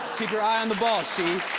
keep your eye on the ball, xi.